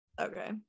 okay